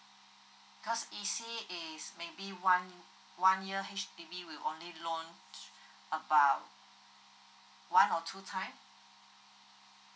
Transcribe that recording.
cause E_C is maybe one one year H_D_B will only launch about one or two time